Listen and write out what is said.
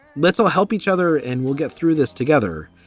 let's all help each other and we'll get through this together.